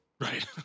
Right